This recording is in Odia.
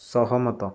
ସହମତ